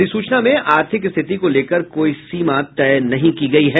अधिसूचना में आर्थिक स्थिति को लेकर कोई सीमा तय नहीं की गयी है